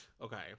okay